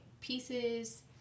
pieces